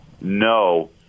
no